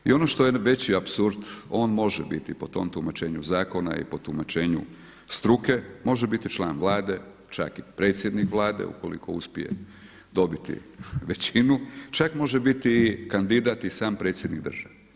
I ono što je veći apsurd on može biti po tom tumačenju zakona i po tumačenju struke, može biti član Vlade, čak i predsjednik Vlade ukoliko uspije dobiti većinu, čak može biti kandidat i sam predsjednik države.